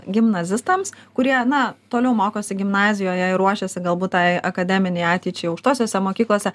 gimnazistams kurie na toliau mokosi gimnazijoje ir ruošiasi galbūt tai akademinei ateičiai aukštosiose mokyklose